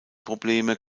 probleme